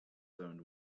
zoned